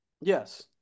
Yes